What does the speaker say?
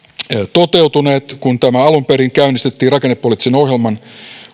toteutuneet kun tämä alun perin käynnistettiin rakennepoliittisen ohjelman